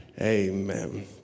Amen